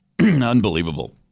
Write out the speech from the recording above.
Unbelievable